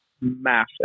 massive